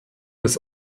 des